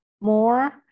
more